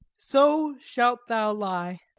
so shalt thou lie!